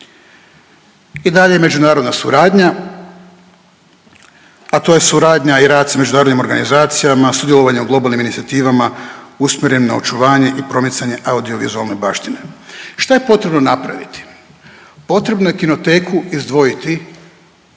I dalje međunarodna suradnja, a to je suradnja i rad s međunarodnim organizacija sudjelovanja u globalnim inicijativa usmjeren na očuvanje i promicanje audiovizualne baštine. Šta je potrebno napraviti? Potrebno je Kinoteku izdvojiti